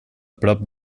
prop